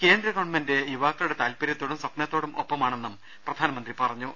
കേന്ദ്ര ഗവൺമെന്റ് യുവാക്കളുടെ താൽപര്യത്തോടും സ്വപ്നത്തോ ടുമൊപ്പമാണെന്നും പ്രധാനമന്ത്രി പറഞ്ഞു